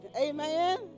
Amen